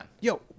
Yo